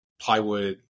plywood